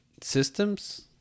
systems